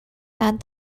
had